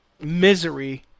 misery